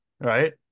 Right